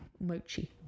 Mochi